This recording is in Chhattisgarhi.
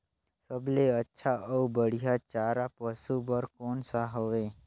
सबले अच्छा अउ बढ़िया चारा पशु बर कोन सा हवय?